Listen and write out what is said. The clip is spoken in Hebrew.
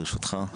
ברשותך.